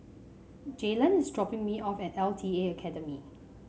Jalon is dropping me off at L T A Academy